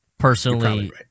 Personally